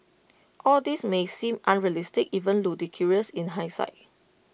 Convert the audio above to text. all this may seem unrealistic even ludicrous in hindsight